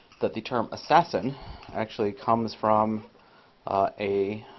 that the term assassin actually comes from a